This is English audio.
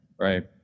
right